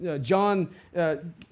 John